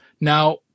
Now